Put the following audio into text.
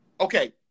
Okay